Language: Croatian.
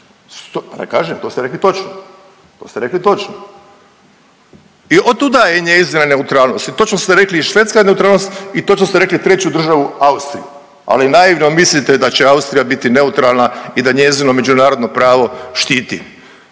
rekli točno, to ste rekli točno i od tuda je njezina neutralnost. I točno ste rekli i Švedska neutralnost i točno ste rekli treću državu Austriju. Ali naivno mislite da će Austrija biti neutralna i da njezino međunarodno pravo štiti